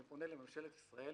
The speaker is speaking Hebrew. אני פונה לממשלת ישראל,